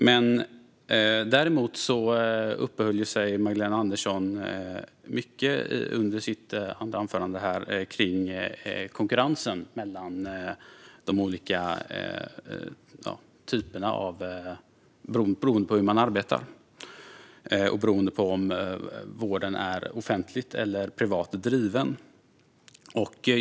I sitt andra inlägg uppehöll sig Magdalena Andersson mycket vid konkurrensen mellan olika typer av vårdgivare beroende på om vården är offentligt eller privat driven.